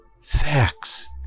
facts